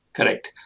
Correct